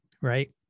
right